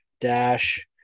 Dash